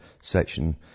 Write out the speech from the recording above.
section